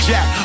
Jack